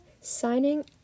signing